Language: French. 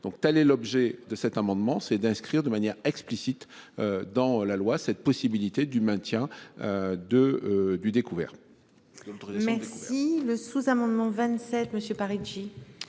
donc. Telle est l'objet de cet amendement, c'est d'inscrire de manière explicite. Dans la loi cette possibilité du maintien. De du. Le truc. Merci. Le sous-amendement 27 monsieur